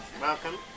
Welcome